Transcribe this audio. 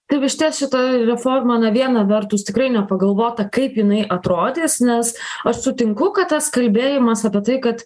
taip iš ties šita reforma na viena vertus tikrai nepagalvota kaip jinai atrodys nes aš sutinku kad tas kalbėjimas apie tai kad